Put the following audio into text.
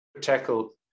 tackle